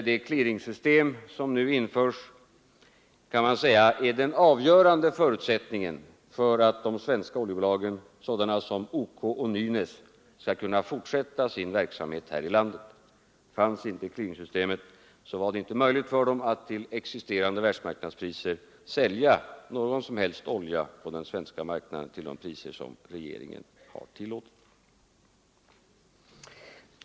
Det clearingsystem som nu införs kan man säga är den avgörande förutsättningen för att de svenska oljebolagen, sådana som OK och Nynäs, skall kunna fortsätta sin verksamhet här i landet. Fanns inte clearingsystemet, var det inte möjligt för dem att med existerande världsmarknadspriser sälja någon som helst olja på den svenska marknaden till de priser som regeringen har tillåtit.